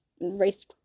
race